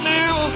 now